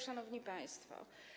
Szanowni Państwo!